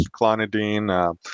clonidine